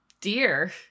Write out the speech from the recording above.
dear